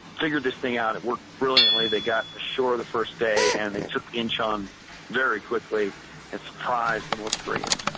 figured this thing out. it worked brilliantly. they got ashore the first day and they took inchon very quickly it surprised the north koreans.